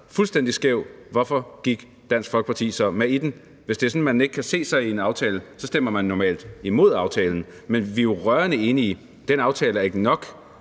fuldstændig skæv, hvorfor gik Dansk Folkeparti så med i den? Hvis det er sådan, at man ikke kan se sig selv i en aftale, stemmer man normalt imod aftalen. Men vi er jo rørende enige: Den aftale er ikke nok.